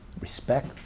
respect